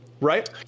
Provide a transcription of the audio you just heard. Right